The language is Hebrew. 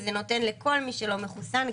וזה נותן לכל מי שלא מחוסן,